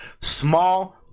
small